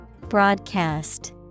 Broadcast